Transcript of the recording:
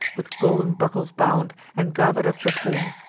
with golden buckles bound, and gather'd up before.